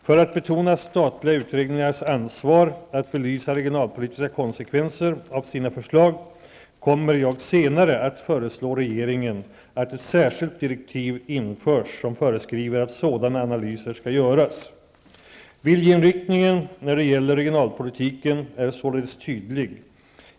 För att betona statliga utredningars ansvar att belysa regionalpolitiska konsekvenser av sina förslag, kommer jag senare att föreslå regeringen att ett särskilt direktiv införs som föreskriver att sådana analyser skall göras. Viljeinriktningen när det gäller regionalpolitiken är således tydlig.